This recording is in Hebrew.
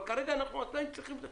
אבל כרגע אנחנו עדיין צריכים אותו.